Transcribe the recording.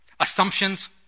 Assumptions